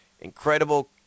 incredible